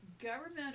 Government